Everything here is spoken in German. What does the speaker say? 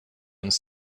uns